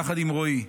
יחד עם רואי,